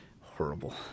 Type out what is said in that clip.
horrible